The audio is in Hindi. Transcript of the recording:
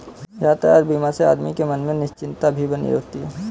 यातायात बीमा से आदमी के मन में निश्चिंतता भी बनी होती है